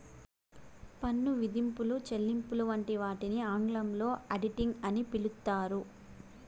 పన్ను విధింపులు, చెల్లింపులు వంటి వాటిని ఆంగ్లంలో ఆడిటింగ్ అని పిలుత్తారు